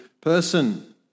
person